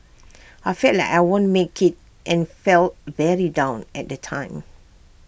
I felt like I won't make IT and felt very down at the time